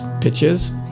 pitches